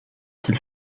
qu’il